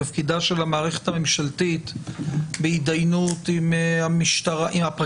תפקידה של המערכת הממשלתית בהתדיינות עם הפרקליטות,